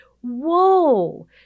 whoa